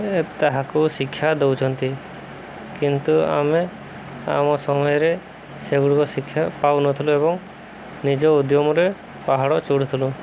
ତାହାକୁ ଶିକ୍ଷା ଦଉଛନ୍ତି କିନ୍ତୁ ଆମେ ଆମ ସମୟରେ ସେଗୁଡ଼ିକ ଶିକ୍ଷା ପାଉନଥିଲୁ ଏବଂ ନିଜ ଉଦ୍ୟମରେ ପାହାଡ଼ ଚଢ଼ୁଥିଲୁ